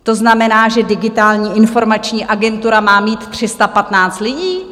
To znamená, že Digitální informační agentura má mít 315 lidí?